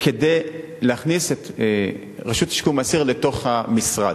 כדי להכניס את הרשות לשיקום האסיר לתוך המשרד.